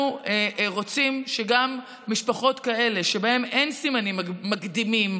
אנחנו רוצים שגם משפחות כאלה שבהן אין סימנים מקדימים,